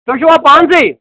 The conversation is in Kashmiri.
تۄہہِ چھِوا پانسٕے